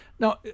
Now